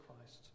Christ